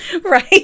right